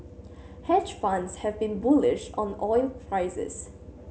hedge funds have been bullish on oil prices